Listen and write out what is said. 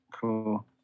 cool